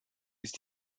ist